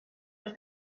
els